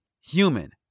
human